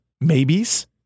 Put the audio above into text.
maybes